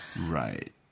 Right